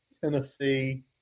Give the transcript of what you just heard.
Tennessee